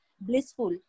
blissful